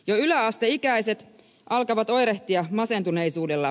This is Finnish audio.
jo yläasteikäiset alkavat oirehtia masentuneisuudella